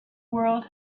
world